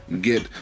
get